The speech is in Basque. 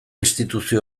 instituzio